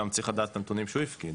באזור האישי,